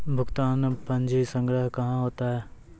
भुगतान पंजी संग्रह कहां होता हैं?